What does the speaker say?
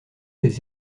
des